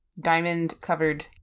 diamond-covered